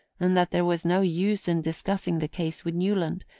and that there was no use in discussing the case with newland,